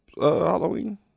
Halloween